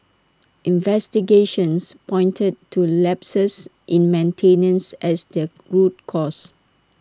investigations pointed to lapses in maintenance as the root cause